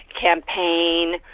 campaign